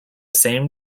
same